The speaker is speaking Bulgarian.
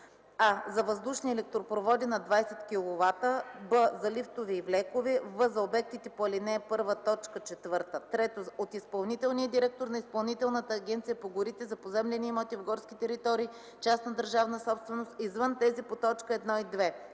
а) за въздушни електропроводи над 20 кV; б) за лифтове и влекове; в) за обектите по ал. 1, т. 4; 3. от изпълнителния директор на Изпълнителната агенция по горите – за поземлени имоти в горски територии – частна държавна собственост, извън тези по т. 1 и 2;